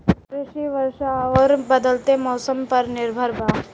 कृषि वर्षा आउर बदलत मौसम पर निर्भर बा